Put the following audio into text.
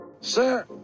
Sir